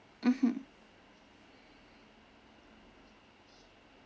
mmhmm